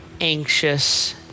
anxious